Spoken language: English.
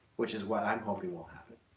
which is what i'm hoping will happen.